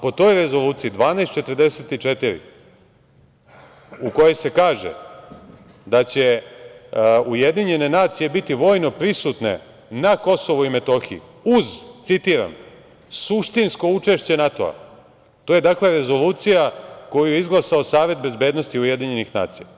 Po toj Rezoluciji 1244 u kojoj se kaže da će UN biti vojno prisutne na Kosovu i Meothiji uz, citiram, suštinsko učešće NATO-a, to je dakle Rezolucija koju je izglasao Savet bezbednosti UN.